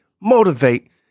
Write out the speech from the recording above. motivate